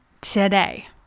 today